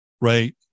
Right